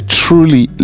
truly